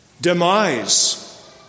demise